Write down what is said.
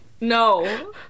no